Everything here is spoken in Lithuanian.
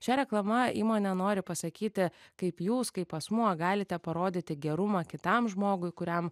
šia reklama įmonė nori pasakyti kaip jūs kaip asmuo galite parodyti gerumą kitam žmogui kuriam